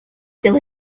still